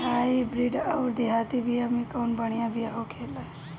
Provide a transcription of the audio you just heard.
Hybrid अउर देहाती बिया मे कउन बढ़िया बिया होखेला?